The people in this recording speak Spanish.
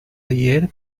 ayer